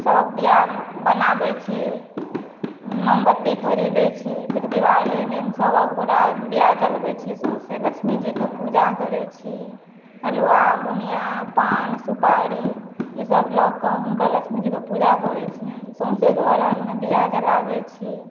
सभ दिया बनाबैत छी मोमबत्ती खरीदैत छी फेर दिवाली दिन सभगोटए दिया जड़बै छी सौँसै लक्ष्मीजीके पूजा करैत छी हलुआ बुनिया पान सुपारी ई सभ लऽ कऽ हुनकर लक्ष्मीजीके पूजा करैत छियनि सौँसै घर आओरमे दिया जड़ाबै छी